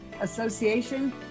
Association